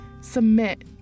submit